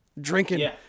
drinking